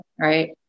right